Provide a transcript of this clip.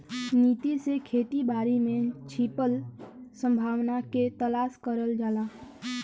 नीति से खेती बारी में छिपल संभावना के तलाश करल जाला